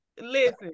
Listen